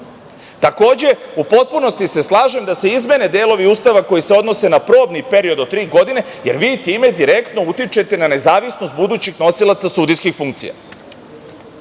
razloga. Takođe, u potpunosti se slažem da se izmene delovi Ustava koji se odnose na probni period do tri godine, jer vi time direktno utičete na nezavisnost budućih nosilaca sudijskih funkcija